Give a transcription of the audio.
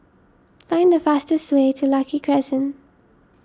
find the fastest way to Lucky Crescent